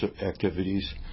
activities